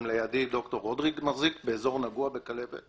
לידי דוקטור רודריג מחזיק באזור נגוע בכלבת,